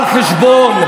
על חשבון,